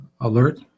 alert